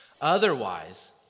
Otherwise